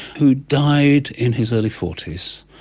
who died in his early forty s.